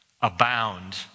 abound